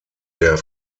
der